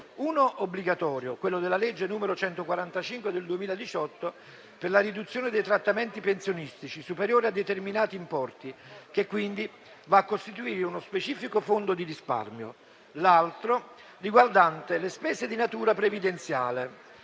l'uno obbligatorio, quello della legge n. 145 del 2018 per la riduzione dei trattamenti pensionistici superiori a determinati importi, che quindi va a costituire uno specifico fondo di risparmio, e l'altro riguardante le spese di natura previdenziale,